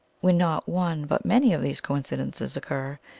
when not one, but many, of these coincidences occur,